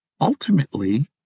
Ultimately